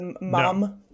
mom